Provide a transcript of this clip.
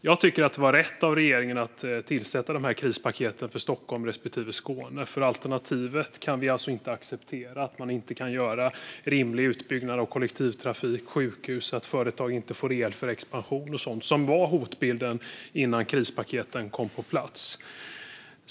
Jag tycker att det var rätt av regeringen att tillsätta krispaketen för Stockholm respektive Skåne, för alternativet kan vi inte acceptera: att man inte kan göra rimlig utbyggnad av kollektivtrafik och sjukhus och att företag inte får el för expansion och sådant, vilket var hotbilden innan krispaketen kom på plats.